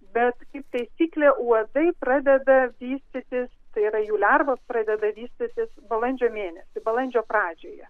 bet kaip taisyklė uodai pradeda vystytis tai yra jų lervos pradeda vystysis balandžio mėnesį balandžio pradžioje